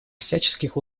всяческих